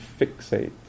fixate